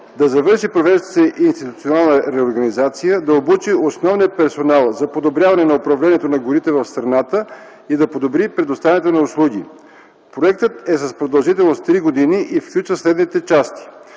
да завърши провеждащата се институционална реорганизация; да обучи основния персонал за подобряване на управлението на горите в страната и да подобри предоставянето на услуги. Проектът е с продължителност 3 години и включва следните части: